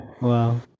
Wow